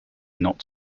not